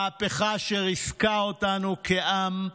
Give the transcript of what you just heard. מהפכה שריסקה אותנו כעם.